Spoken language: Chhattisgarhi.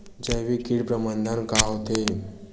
जैविक कीट प्रबंधन का होथे?